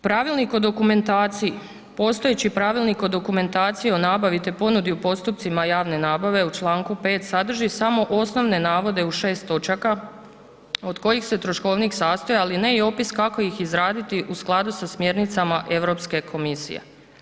Pravilnik o dokumentaciji, postojeći Pravilnik o dokumentaciji o nabavi te ponudi u postupcima javne nabave u čl. 5 sadrži samo osnovne navode u 6 točaka od kojih se troškovnik sastoji, ali ne i opis kako iz izraditi u skladu sa smjernicama EU komisije.